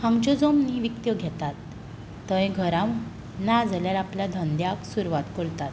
आमच्यो जमनी विकत्यो घातात थंय घरां ना जाल्यार आपल्या धंद्याक सुरवात करतात